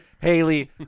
Haley